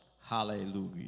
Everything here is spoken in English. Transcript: hallelujah